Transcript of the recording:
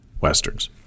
westerns